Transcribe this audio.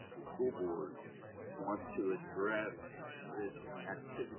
the school board wants to address this activity